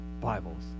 Bibles